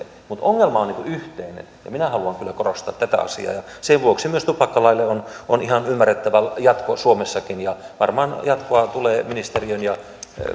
mutta ongelma on yhteinen ja minä haluan kyllä korostaa tätä asiaa sen vuoksi myös tupakkalaille on on ihan ymmärrettävä jatko suomessakin ja varmaan jatkoa tulee ministeriön ja